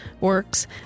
works